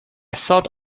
thought